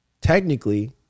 technically